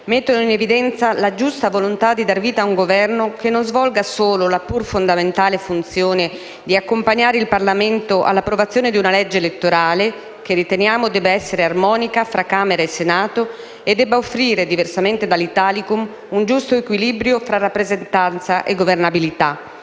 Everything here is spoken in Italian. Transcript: mettono in evidenza la giusta volontà di dare vita ad un Governo che non svolga solo la pur fondamentale funzione di accompagnare il Parlamento all'approvazione di una legge elettorale, che riteniamo debba essere armonica tra Camera e Senato, e debba offrire, diversamente dall'Italicum, un giusto equilibrio tra rappresentanza e governabilità.